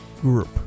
group